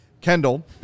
Kendall